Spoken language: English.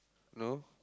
no